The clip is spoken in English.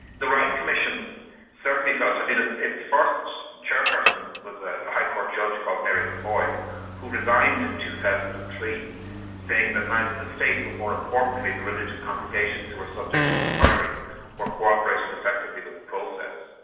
the ryan commission certainly felt, i mean, its first chairperson was a high court judge called mary laffoy who resigned in two thousand and and three saying that neither the state but more importantly the religious congregations who were subject to inquiry were cooperating effectively with the process.